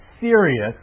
serious